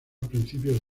principios